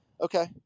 okay